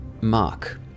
mark